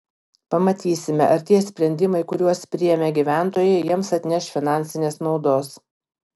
pamatysime ar tie sprendimai kuriuos priėmė gyventojai jiems atneš finansinės naudos